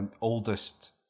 oldest